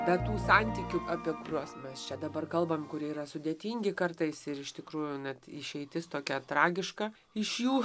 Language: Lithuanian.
be tų santykių apie kuriuos mes čia dabar kalbam kurie yra sudėtingi kartais ir iš tikrųjų net išeitis tokia tragiška iš jų